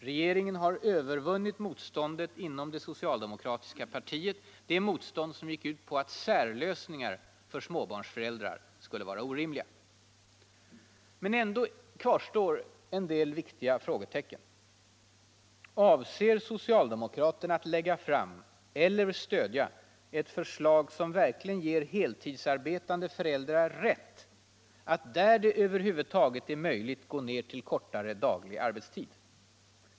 Regeringen har övervunnit motståndet inom det socialdemokratiska partiet, det motstånd som gick ut på att ”särlösningar” för småbarnsföräldrar skulle vara orimliga. Ändå kvarstår en del viktiga frågetecken. Avser socialdemokraterna att lägga fram eller stödja ett förslag som verkligen ger heltidsarbetande föräldrar rätt att där det över huvud taget är möjligt gå ner till kortare daglig arbetstid?